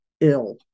ill